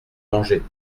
manger